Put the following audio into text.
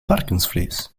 varkensvlees